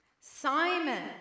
Simon